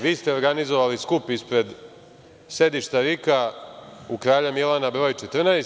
Vi ste organizovali skup ispred sedišta RIK-a u Kralja Milana broj 14.